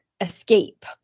escape